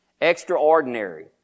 extraordinary